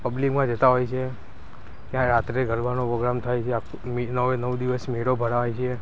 પબ્લિકમાં જતા હોય છે ત્યાં રાત્રે ગરબાનો પ્રોગ્રામ થાય છે નવે નવ દિવસ મેળો ભરાય છે